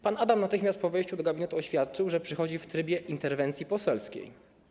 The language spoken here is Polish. Pan Adam natychmiast po wejściu do gabinetu oświadczył, że przychodzi w trybie interwencji poselskiej.